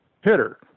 hitter